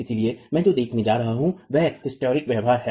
इसलिए मैं जो देखने जा रहा हूं वह हिस्टेरिक व्यवहार है